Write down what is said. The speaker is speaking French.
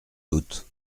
doute